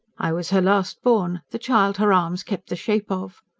i was her last-born the child her arms kept the shape of.